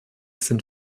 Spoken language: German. sind